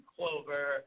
Clover